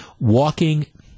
walking